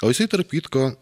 o jisai tarp kitko